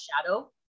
shadow